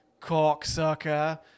Cocksucker